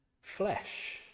flesh